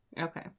Okay